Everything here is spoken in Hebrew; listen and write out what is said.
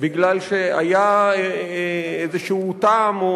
מפני שהיה איזה טעם,